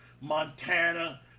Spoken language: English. Montana